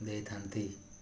ଦେଇଥାନ୍ତି